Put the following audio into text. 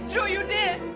true you did!